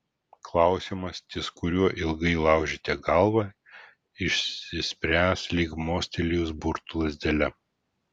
klausimas ties kuriuo ilgai laužėte galvą išsispręs lyg mostelėjus burtų lazdele